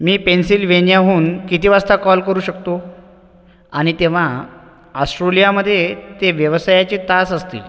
मी पेनसिल्व्हेनियाहून किती वाजता कॉल करू शकतो आणि तेव्हा आस्ट्रोलीयामध्ये ते व्यवसायाचे तास असतील